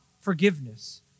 forgiveness